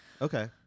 Okay